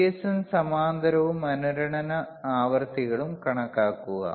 സീരീസും സമാന്തര അനുരണന ആവൃത്തികളും കണക്കാക്കുക